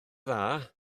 dda